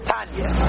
Tanya